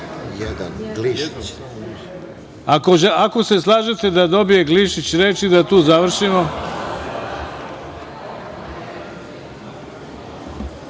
se slažete da dobije Glišić reč i da tu završimo? Ako